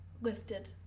lifted